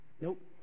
Nope